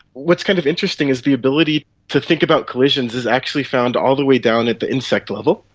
what's kind of interesting is the ability to think about collisions is actually found all the way down at the insect level,